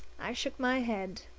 i shook my head.